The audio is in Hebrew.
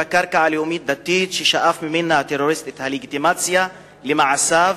היא בקרקע הלאומית-דתית שהטרוריסט שאב ממנה את הלגיטימציה למעשיו,